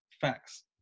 facts